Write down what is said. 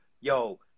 yo